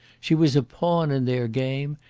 she was a pawn in their game,